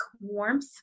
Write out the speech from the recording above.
warmth